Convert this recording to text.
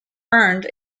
earned